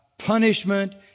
punishment